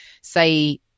say